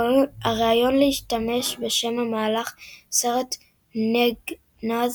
הרעיון להשתמש בשם במהלך הסרט נגנז,